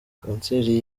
kanseri